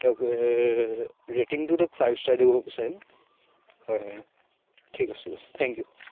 তেওঁক ৰেটিংটো five star দিব বিচাৰিম হয় হয় ঠিক আছে আছে থেংক ইউ